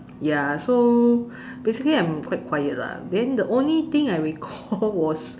ya so basically I'm quite quiet lah then the only thing I recall was